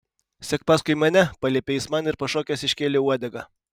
sek paskui mane paliepė jis man ir pašokęs iškėlė uodegą